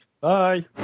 bye